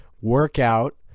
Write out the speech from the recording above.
workout